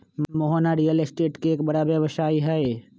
Mohana real estate के एक बड़ा व्यवसायी हई